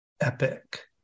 epic